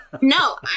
No